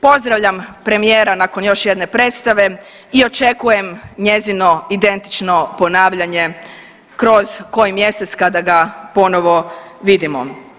Pozdravljam premijera nakon još jedne predstave i očekujem njezino identično ponavljanje kroz koji mjesec kada ga ponovo vidimo.